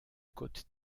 côte